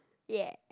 ya